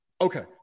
Okay